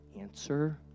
answer